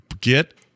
get